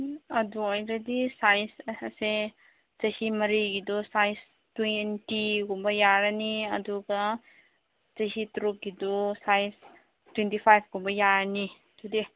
ꯑꯗꯨ ꯑꯣꯏꯔꯗꯤ ꯁꯥꯏꯖꯁꯦ ꯆꯍꯤ ꯃꯔꯤꯒꯤꯗꯨ ꯁꯥꯏꯖ ꯇ꯭ꯋꯦꯟꯇꯤꯒꯨꯝꯕ ꯌꯥꯔꯅꯤ ꯑꯗꯨꯒ ꯆꯍꯤ ꯇꯔꯨꯛꯀꯤꯗꯨ ꯁꯥꯏꯖ ꯇ꯭ꯋꯦꯟꯇꯤ ꯐꯥꯏꯕ ꯀꯨꯝꯕ ꯌꯥꯔꯅꯤ ꯑꯗꯨꯗꯤ